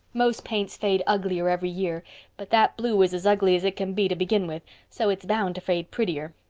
most paints fade uglier every year but that blue is as ugly as it can be to begin with, so it's bound to fade prettier.